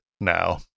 now